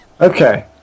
Okay